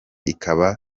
ikaba